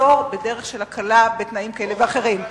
מחסור בדרך של הקלה בתנאים כאלה ואחרים.